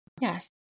Yes